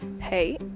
Hey